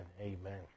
amen